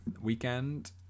weekend